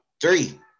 Three